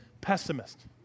pessimist